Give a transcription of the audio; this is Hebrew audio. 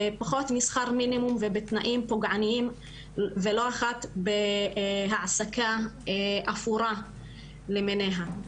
בפחות משכר מינימום ובתנאים פוגעניים ולא אחת בהעסקה אפורה למיניה.